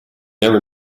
never